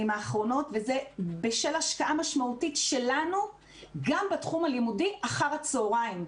האחרונות וזה בשל השקעה משמעותית שלנו גם בתחום הלימודי אחר הצוהריים.